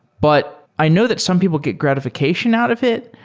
but i know that some people get gratification out of it.